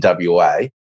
WA